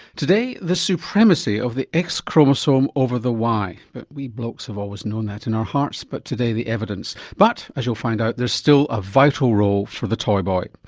today the supremacy of the x chromosome over the y but we blokes have always known that in our hearts, but today the evidence. but as you'll find out there's still a vital role for the toy boy.